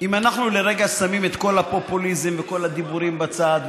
אם אנחנו לרגע שמים את כל הפופוליזם וכל הדיבורים בצד,